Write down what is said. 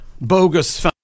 bogus